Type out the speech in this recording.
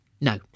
no